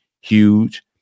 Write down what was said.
huge